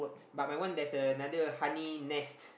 but my one there's another honey nest